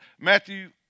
Matthew